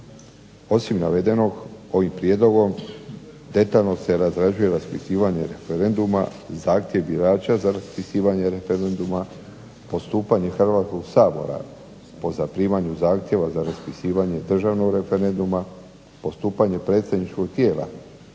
Osim navedenog ovim prijedlogom detaljno se razrađuje raspisivanje referenduma, zahtjev birača za raspisivanje referenduma, postupanje Hrvatskog sabora po zaprimanju zahtjeva za raspisivanje državnog referenduma, postupanje predsjedničkog tijela